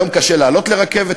היום קשה לעלות לרכבת,